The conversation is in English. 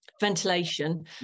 ventilation